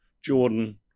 Jordan